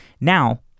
Now